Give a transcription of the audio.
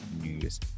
News